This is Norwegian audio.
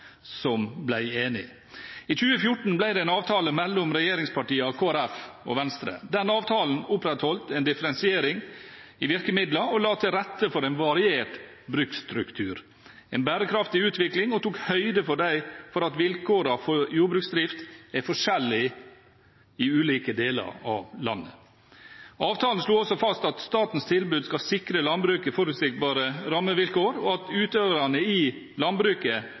som ble enige! I 2014 ble det en avtale mellom regjeringspartiene, Kristelig Folkeparti og Venstre. Den avtalen opprettholdt en differensiering i virkemidlene og la til rette for en variert bruksstruktur og en bærekraftig utvikling og tok høyde for at vilkårene for jordbruksdrift er forskjellig i ulike deler av landet. Avtalen slo også fast at statens tilbud skal sikre landbruket forutsigbare rammevilkår, og at utøverne i landbruket